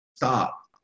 stop